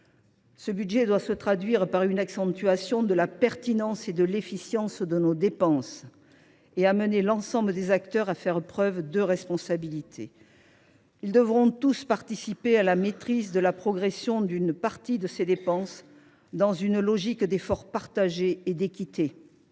Cela doit se traduire par une accentuation de la pertinence et de l’efficience de nos dépenses, de même qu’il faut amener l’ensemble des acteurs à faire preuve de responsabilité. Ils devront tous participer à la maîtrise de la progression d’une partie de ces dépenses, dans une logique d’efforts partagés et d’équité.